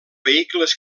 vehicles